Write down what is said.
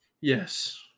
Yes